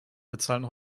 bezahlen